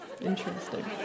Interesting